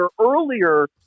earlier